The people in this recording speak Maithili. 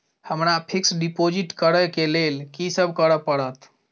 हमरा फिक्स डिपोजिट करऽ केँ लेल की सब करऽ पड़त?